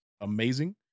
amazing